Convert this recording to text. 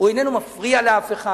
הוא איננו מפריע לאף אחד.